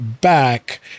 back